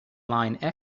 line